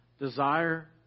Desire